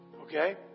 okay